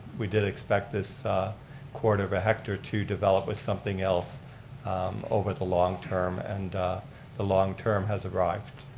we did expect this quarter of a hectare to develop as something else over the long-term, and the long-term has arrived.